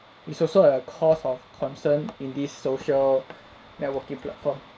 is also a cause of concern in this social networking platform